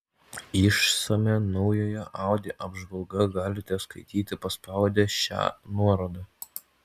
išsamią naujojo audi apžvalgą galite skaityti paspaudę šią nuorodą